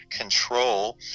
control